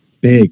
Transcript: Big